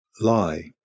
lie